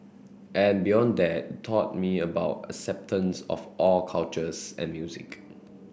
and beyond that taught me about acceptance of all cultures and music